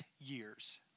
years